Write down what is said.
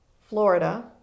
Florida